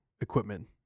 equipment